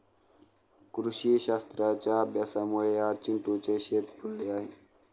कृषीशास्त्राच्या अभ्यासामुळे आज चिंटूचे शेत फुलले आहे